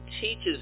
teaches